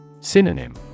Synonym